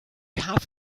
have